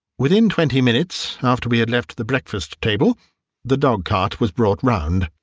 within twenty minutes after we had left the breakfast-table the dog-cart was brought round,